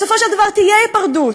בסופו של דבר תהיה היפרדות.